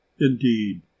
Indeed